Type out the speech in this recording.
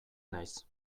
naiz